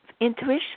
intuition